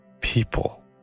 people